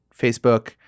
Facebook